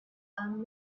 and